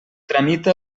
tramita